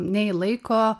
nei laiko